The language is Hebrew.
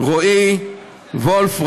רועי וולף,